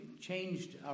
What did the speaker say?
changed